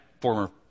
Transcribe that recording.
former